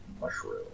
mushroom